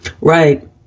Right